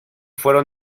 fueron